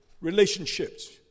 relationships